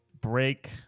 break